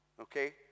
Okay